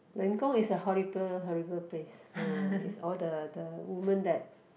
Leng-Gong is a horrible horrible place uh is all the the woman that